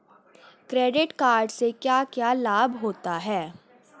Credit card से क्या क्या लाभ होता है?